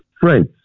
Friends